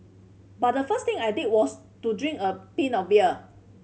but the first thing I did was to drink a pint of beer